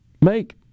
make